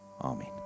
Amen